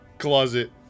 closet